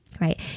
Right